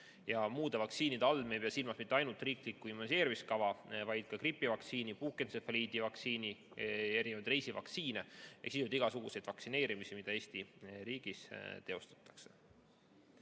Muude vaktsiinide all me ei pea silmas mitte ainult riiklikku immuniseerimiskava, vaid ka gripivaktsiini, puukentsefaliidi vaktsiini, erinevaid reisivaktsiine ehk sisuliselt igasuguseid vaktsineerimisi, mida Eesti riigis teostatakse.